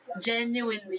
genuinely